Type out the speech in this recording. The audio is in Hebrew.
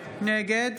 נגד